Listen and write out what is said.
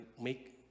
make